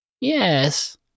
Yes